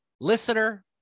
listener